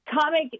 comic